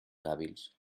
hàbils